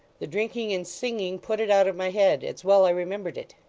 the drinking and singing put it out of my head. it's well i remembered it